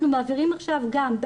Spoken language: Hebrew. אנחנו מעבירים עכשיו גם,